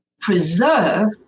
preserve